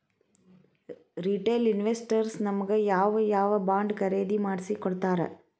Retail investors ನಮಗ್ ಯಾವ್ ಯಾವಬಾಂಡ್ ಖರೇದಿ ಮಾಡ್ಸಿಕೊಡ್ತಾರ?